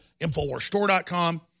Infowarsstore.com